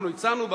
אנחנו הצענו,